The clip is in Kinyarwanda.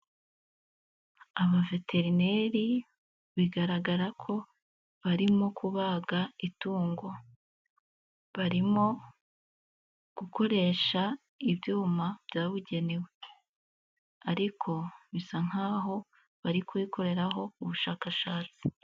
Abaveterineri bigaragara ko barimo kubaga itungo, barimo gukoresha ibyuma byabugenewe ariko bisa nkaho bari kuyikoreraho ubushakashatsi.